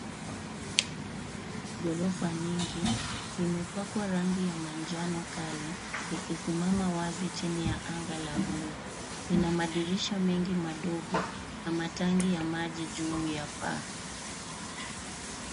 Ghorofa nyingi, imepakwa rangi ya manjano kali ikisimama wazi chini ya anga la bluu. Ina madirisha mengi madogo na matanki ya mengi juu ya paa.